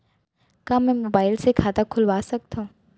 का मैं मोबाइल से खाता खोलवा सकथव?